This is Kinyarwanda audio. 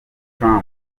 trump